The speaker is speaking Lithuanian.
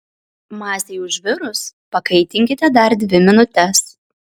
masei užvirus pakaitinkite dar dvi minutes